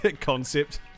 concept